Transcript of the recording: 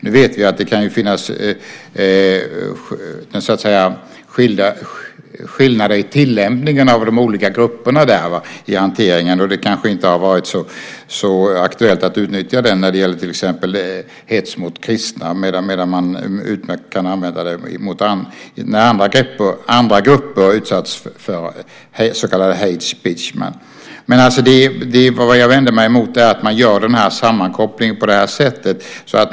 Nu vet vi att det kan finnas skillnader i tillämpningen av de olika grupperna i hanteringen. Det kanske inte har varit så aktuellt att utnyttja den när det gäller till exempel hets mot kristna, medan man utmärkt kan använda den när andra grupper utsätts för så kallat hate speechment . Det jag vänder mig emot är att man gör en sammankoppling på det här sättet.